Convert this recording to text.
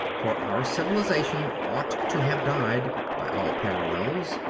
for our civilization ought to have died, by all parallels,